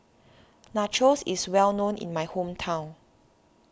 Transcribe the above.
Nachos is well known in my hometown